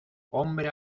hombre